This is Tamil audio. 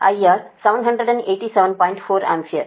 4 ஆம்பியர்